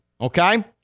okay